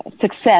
success